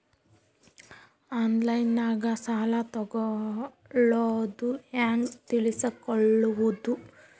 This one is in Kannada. ಆನ್ಲೈನಾಗ ಸಾಲ ತಗೊಳ್ಳೋದು ಹ್ಯಾಂಗ್ ತಿಳಕೊಳ್ಳುವುದು?